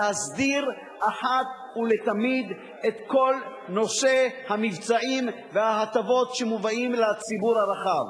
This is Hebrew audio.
להסדיר אחת ולתמיד את כל נושא המבצעים וההטבות שמובאים לציבור הרחב.